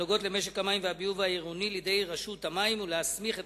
הנוגעות למשק המים והביוב העירוני לידי רשות המים ולהסמיך את